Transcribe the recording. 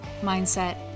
mindset